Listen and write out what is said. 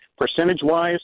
Percentage-wise